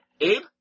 Abe